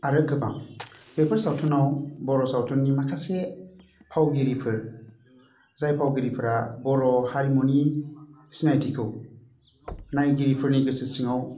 आरो गोबां बेफोर सावथुनाव बर' सावथुननि माखासे फावगिरिफोर जाय फावगिरिफोरा बर' हारिमुनि सिनायथिखौ नायगिरिफोरनि गोसो सिंआव